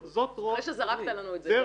אחרי שזרקת לנו את זה.